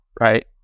right